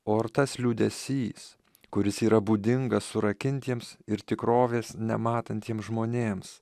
o ar tas liūdesys kuris yra būdingas surakintiems ir tikrovės nematantiem žmonėms